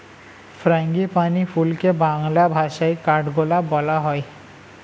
frangipani ফুলকে বাংলা ভাষায় কাঠগোলাপ বলা হয়